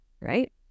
right